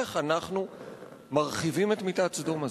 היא איך אנחנו מרחיבים את מיטת סדום הזאת,